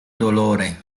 dolore